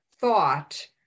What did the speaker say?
thought